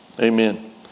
Amen